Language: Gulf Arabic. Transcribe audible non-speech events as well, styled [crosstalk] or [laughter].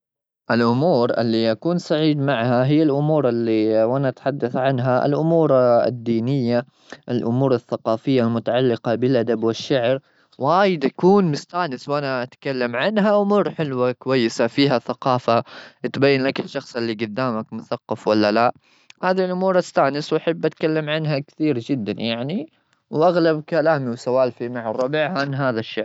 الأمور اللي يكون سعيد معها هي الأمور اللي وأنا أتحدث عنها. الأمور الدينية، الأمور الثقافية المتعلقة بالأدب والشعر، وايد أكون مستأنس وأنا أتكلم عنها. وأمور حلوة كويسة فيها ثقافة، تبين لك [noise] الشخص اللي قدامك [noise] مثقف ولا لا. هذي الأمور استانس وأحب أتكلم عنها كثير جدا يعني وأغلب كلامي وسوالفي مع الربع عن هذا الشيء.